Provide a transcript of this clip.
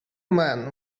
man